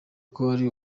kandi